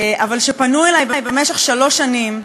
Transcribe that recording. אבל פנו אלי במשך שלוש שנים.